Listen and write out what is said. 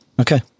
okay